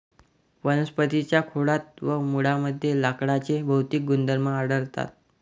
वनस्पतीं च्या खोडात व मुळांमध्ये लाकडाचे भौतिक गुणधर्म आढळतात